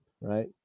right